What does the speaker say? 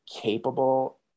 capable